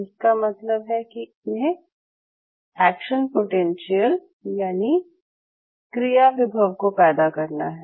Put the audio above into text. जिसका मतलब है कि इन्हे एक्शन पोटेंशिअल यानि क्रिया विभव को पैदा करना है